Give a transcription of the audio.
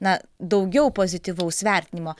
na daugiau pozityvaus vertinimo